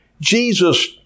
Jesus